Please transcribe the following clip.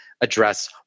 address